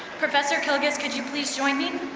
professor kilgus, could you please join me?